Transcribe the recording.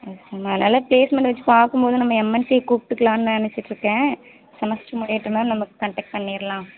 okay ma'am அதனால் ப்ளேஸ்மென்ட்டை வச்சி பார்க்கும்மோது நம்ம எம்என்சி கூப்பிட்டுக்கலாம் நினச்சிட்டுருக்கேன் செமஸ்ட்ரு முடியட்டும் மேம் நம்ம கன்டெக்ட் பண்ணிரலாம்